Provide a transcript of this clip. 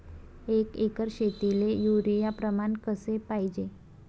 एक एकर शेतीले युरिया प्रमान कसे पाहिजे?